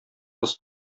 кыз